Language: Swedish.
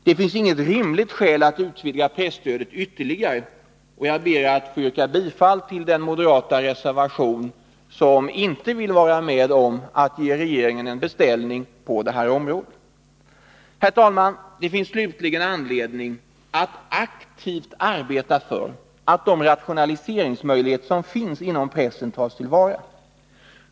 Det finns inget rimligt skäl att utvidga presstödet ytterligare, och jag ber att få yrka bifall till den moderata reservation där vi inte vill vara med om att ge regeringen en beställning på det här området. Herr talman! Det finns slutligen anledning att aktivt arbeta för att de rationaliseringsmöjligheter som finns inom pressen tas till vara.